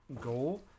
go